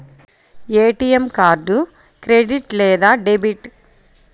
ATM card credit లేదా debit?